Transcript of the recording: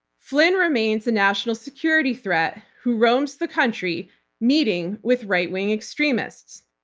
flynn remains a national security threat who roams the country meeting with right wing extremists.